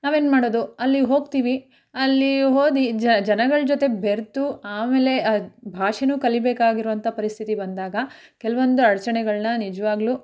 ನಾವೇನ್ಮಾಡೋದು ಅಲ್ಲಿ ಹೋಗ್ತೀವಿ ಅಲ್ಲಿ ಹೋದಿ ಜನಗಳು ಜೊತೆ ಬೆರೆತು ಆಮೇಲೆ ಭಾಷೆಯೂ ಕಲಿಬೇಕಾಗಿರುವಂಥ ಪರಿಸ್ಥಿತಿ ಬಂದಾಗ ಕೆಲವೊಂದು ಅಡಚಣೆಗಳನ್ನ ನಿಜವಾಗ್ಲೂ